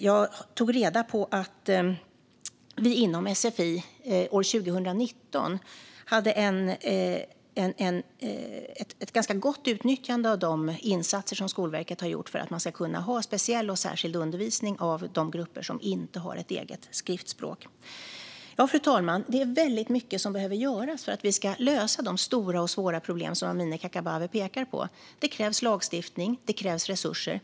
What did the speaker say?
Jag tog reda på att vi år 2019 inom sfi hade ett ganska gott utnyttjande av de insatser som Skolverket har gjort för att man ska kunna ha speciell och särskild undervisning av de grupper som inte har ett eget skriftspråk. Fru talman! Det är väldigt mycket som behöver göras för att vi ska lösa de stora och svåra problem som Amineh Kakabaveh pekar på. Det krävs lagstiftning och resurser.